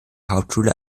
hauptschule